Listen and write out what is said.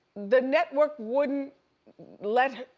the network wouldn't let her,